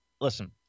Listen